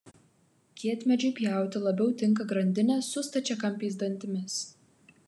kietmedžiui pjauti labiau tinka grandinė su stačiakampiais dantimis